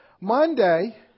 Monday